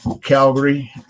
Calgary